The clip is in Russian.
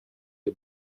для